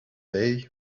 day